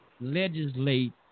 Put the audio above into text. legislate